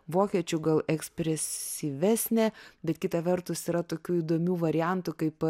vokiečių gal ekspresyvesnė bet kita vertus yra tokių įdomių variantų kaip